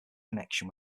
connection